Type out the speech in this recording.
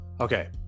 Okay